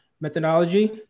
methodology